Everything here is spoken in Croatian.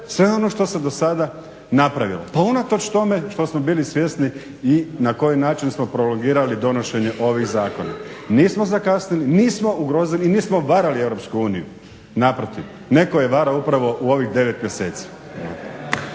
sve ono što se do sada napravilo. Pa unatoč tome što smo bili svjesni i na koji način smo prolongirali donošenje ovih zakona. Nismo zakasnili, nismo ugrozili i nismo varali Europsku uniju, naprotiv. Netko je varao upravo u ovih 9 mjeseci.